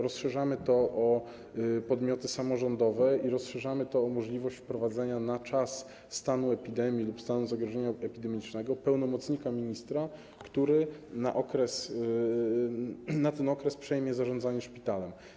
Rozszerzamy go o podmioty samorządowe i rozszerzamy to o możliwość wprowadzenia na czas stanu epidemii lub stanu zagrożenia epidemicznego pełnomocnika ministra, który na ten okres przejmie zarządzanie szpitalem.